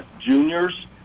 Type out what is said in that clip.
Juniors